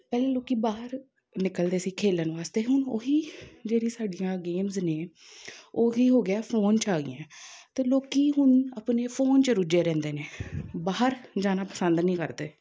ਪਹਿਲੇ ਲੋਕ ਬਾਹਰ ਨਿਕਲਦੇ ਸੀ ਖੇਡਣ ਵਾਸਤੇ ਹੁਣ ਉਹੀ ਜਿਹੜੀ ਸਾਡੀਆਂ ਗੇਮਸ ਨੇ ਉਹ ਕੀ ਹੋ ਗਿਆ ਫੋਨ 'ਚ ਆ ਗਈਆਂ ਅਤੇ ਲੋਕ ਹੁਣ ਆਪਣੇ ਫੋਨ 'ਚ ਰੁੱਝੇ ਰਹਿੰਦੇ ਨੇ ਬਾਹਰ ਜਾਣਾ ਪਸੰਦ ਨਹੀਂ ਕਰਦੇ